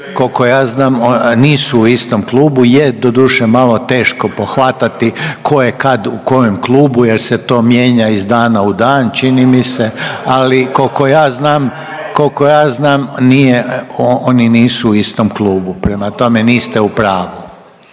Koliko ja znam nisu u istom klubu, je doduše malo teško pohvatati ko je kad u kojem klubu jer se to mijenja iz dana u dan čini mi se, ali kolko ja znam, kolko ja znam nije, oni nisu u istom klubu, prema tome niste u pravu,